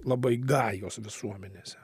labai gajos visuomenėse